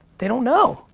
the don't know,